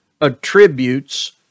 attributes